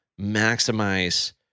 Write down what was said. maximize